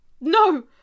No